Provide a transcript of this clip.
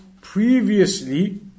previously